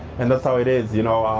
and that's how it is, you know.